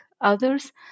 others